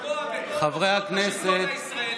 לפגוע בכל אושיות השלטון הישראלי,